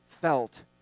felt